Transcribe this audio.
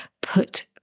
put